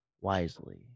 wisely